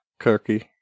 Kirky